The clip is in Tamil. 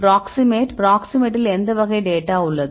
பிராக்ஸிமேட் பிராக்ஸிமேட்டில் எந்த வகை டேட்டாஉள்ளது